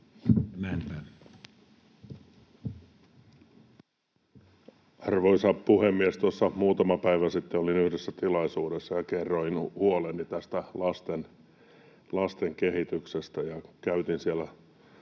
Arvoisa puhemies! Tuossa muutama päivä sitten olin yhdessä tilaisuudessa ja kerroin huoleni tästä lasten kehityksestä. Käytin siellä